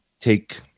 take